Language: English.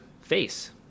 face